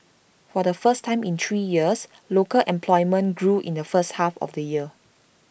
for the first time in three years local employment grew in the first half of the year